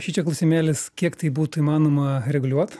šičia klausimėlis kiek tai būtų įmanoma reguliuot